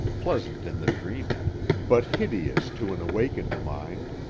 pleasant in the dreaming, but hideous to an awakened mind.